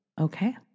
Okay